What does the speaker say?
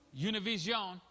Univision